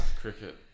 Cricket